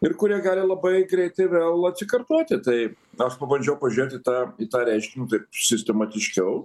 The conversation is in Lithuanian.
ir kurie gali labai greitai vėl atsikartoti tai aš pabandžiau pažiūrėti tą į tą reiškinį taip sistematiškiau